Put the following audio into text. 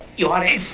you are